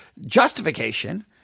justification